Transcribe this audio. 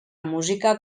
música